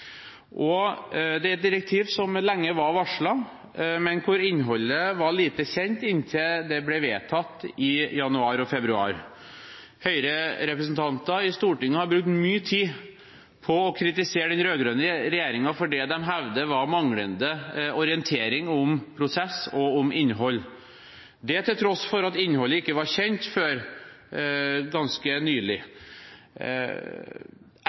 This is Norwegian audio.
Det er et direktiv som lenge var varslet, men hvor innholdet var lite kjent inntil det ble vedtatt i januar og februar. Høyre-representanter i Stortinget har brukt mye tid på å kritisere den rød-grønne regjeringen for det de hevder var manglende orientering om prosess og innhold – til tross for at innholdet ikke var kjent før ganske nylig.